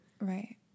Right